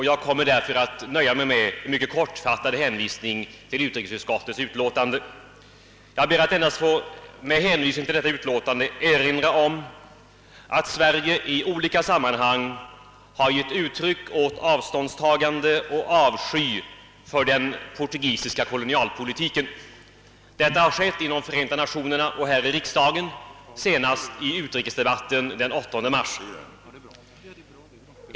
Jag kommer därför att nöja mig med en mycket kortfattad hänvisning till utrikesutskottets utlåtande. Jag vill därför endast erinra om att Sverige i olika sammanhang har givit uttryck åt avståndstagande och avsky för den portugisiska kolonialpolitiken. Detta har skett inom Förenta Nationerna och här i riksdagen, senast i utrikesdebatten den 8 mars.